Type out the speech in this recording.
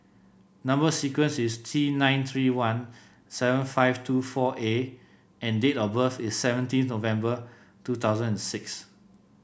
number sequence is T nine three one seven five two four A and date of birth is seventeen November two thousand and six